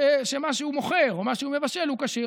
שמה שהוא מוכר או מה שהוא מבשל הוא כשר.